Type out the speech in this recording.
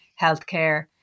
healthcare